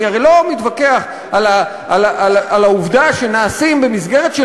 אני הרי לא מתווכח על העובדה שבמסגרת של